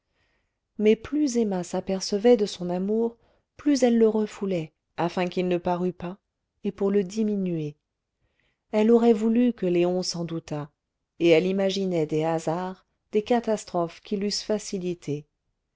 mais plus emma s'apercevait de son amour plus elle le refoulait afin qu'il ne parût pas et pour le diminuer elle aurait voulu que léon s'en doutât et elle imaginait des hasards des catastrophes qui l'eussent facilité